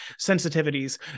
sensitivities